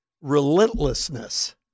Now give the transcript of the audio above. relentlessness